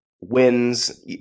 wins